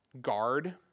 guard